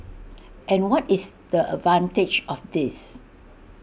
and what is the advantage of this